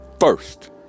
first